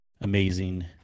Amazing